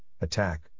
attack